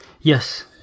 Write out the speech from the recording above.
Yes